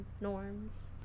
norms